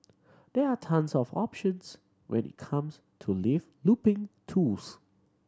there are tons of options when it comes to live looping tools